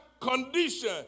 condition